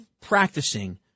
practicing